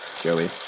Joey